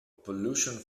pollution